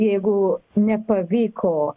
jeigu nepavyko